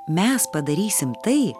mes padarysim tai